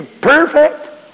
perfect